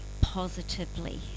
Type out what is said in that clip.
positively